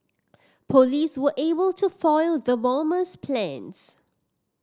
police were able to foil the bomber's plans